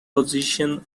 position